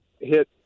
hit